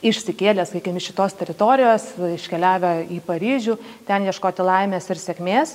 išsikėlė sakykim iš šitos teritorijos iškeliavę į paryžių ten ieškoti laimės ir sėkmės